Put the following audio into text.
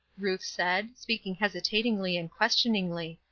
ruth said, speaking hesitatingly and questioningly.